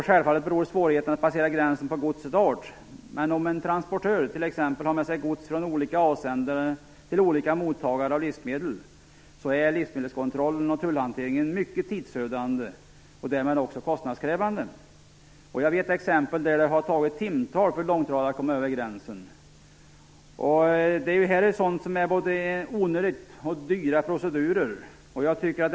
Självfallet beror svårigheterna i att passera gränsen på godsets art. Men om en transportör exempelvis har med sig gods från olika avsändare till olika mottagare av olika livsmedel, är livsmedelskontrollen och tullhanteringen mycket tidsödande och därmed också kostnadskrävande. Jag känner till exempel där det har tagit timtal för en långtradare att komma över gränsen. Detta är både onödiga och dyra procedur.